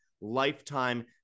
lifetime